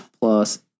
plus